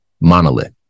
monolith